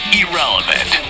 irrelevant